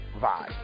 vibe